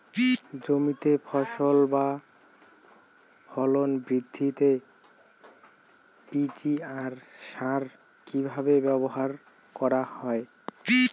জমিতে ফসল বা ফলন বৃদ্ধিতে পি.জি.আর সার কীভাবে ব্যবহার করা হয়?